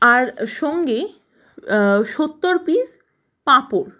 আর সঙ্গে সত্তর পিস পাঁপড়